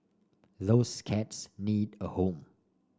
those cats need a home